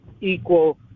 equal